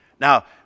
Now